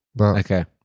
Okay